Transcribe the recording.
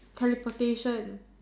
teleportation